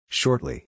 shortly